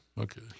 Okay